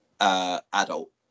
Adult